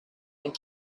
and